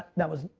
that was,